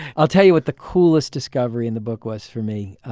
i'll tell you what the coolest discovery in the book was for me.